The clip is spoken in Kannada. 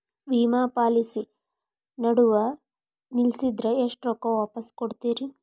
ವಿಮಾ ಪಾಲಿಸಿ ನಡುವ ನಿಲ್ಲಸಿದ್ರ ಎಷ್ಟ ರೊಕ್ಕ ವಾಪಸ್ ಕೊಡ್ತೇರಿ?